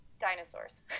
Dinosaurs